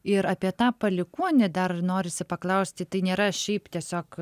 ir apie tą palikuonį dar norisi paklausti tai nėra šiaip tiesiog